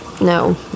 no